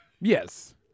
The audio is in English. Yes